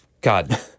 God